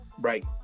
Right